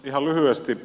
ihan lyhyesti